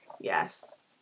Yes